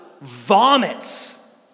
vomits